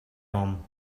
home